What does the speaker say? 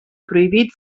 prohibit